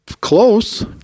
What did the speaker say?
close